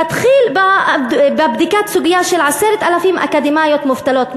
תתחיל בבדיקת הסוגיה של 10,000 אקדמאיות מובטלות,